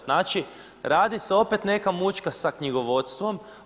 Znači radi se opet neka mučka sa knjigovodstvom.